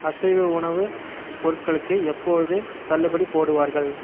அசைவ உணவு பொருட்களுக்கு எப்போது தள்ளுபடி போடுவார்கள்